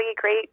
great